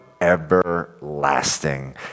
everlasting